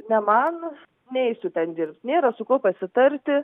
ne man neisiu ten dirbt nėra su kuo pasitarti